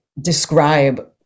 describe